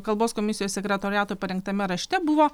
kalbos komisijos sekretoriato parengtame rašte buvo